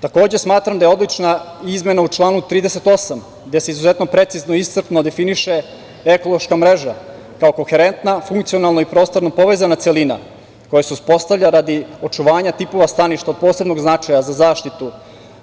Takođe smatram da je odlična izmena u članu 38, gde se izuzetno precizno i iscrpno definiše ekološka mreža, kao koherentna, funkcionalna i prostorno povezana celina, koja se uspostavlja radi očuvanja tipova staništa od posebnog značaja za zaštitu,